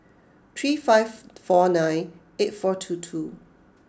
three five four nine eight four two two